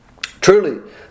Truly